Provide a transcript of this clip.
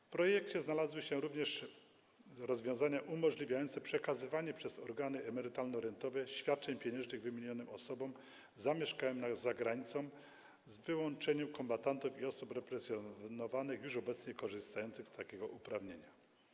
W projekcie znalazły się również rozwiązania umożliwiające przekazywanie przez organy emerytalno-rentowe świadczeń pieniężnych wymienionym osobom, nawet zamieszkałym za granicą, z wyłączeniem kombatantów i osób represjonowanych już obecnie korzystających z takiego uprawnienia.